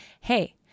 hey